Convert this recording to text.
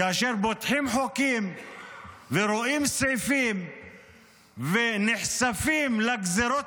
כאשר פותחים ורואים סעיפים ונחשפים לגזרות